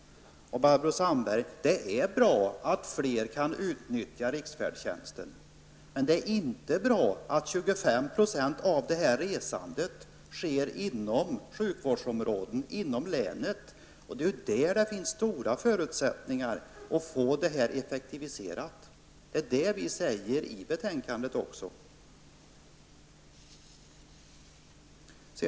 Det är bra, Barbro Sandberg, att fler kan utnyttja riksfärdtjänsten. Men det är inte bra att 25 % av resandet sker inom sjukvårdsområdena, inom länet, där det ju finns goda förutsättningar att få en effektivisering. Det är vad vi säger i betänkandet.